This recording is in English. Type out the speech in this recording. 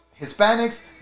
Hispanics